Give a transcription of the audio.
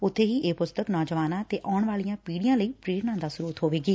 ਉਬੇ ਇਹ ਪਸਤਕ ਨੌਜਵਾਨਾਂ ਤੇ ਆੳਣ ਵਾਲੀਆਂ ਪੀੜੀਆਂ ਲਈ ਪੇਰਨਾ ਦਾ ਸੋਤ ਹੋਵੇਗੀ